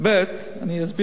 אני אסביר את הכול,